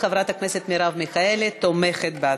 חברי כנסת בעד, אין מתנגדים, אין נמנעים.